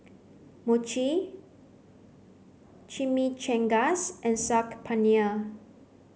mochi Chimichangas and Saag Paneer